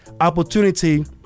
opportunity